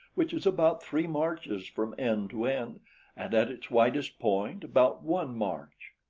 which is about three marches from end to end and at its widest point about one march.